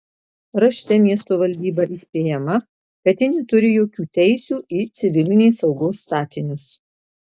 rašte miesto valdyba įspėjama kad ji neturi jokių teisių į civilinės saugos statinius